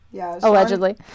Allegedly